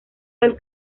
del